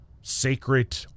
sacred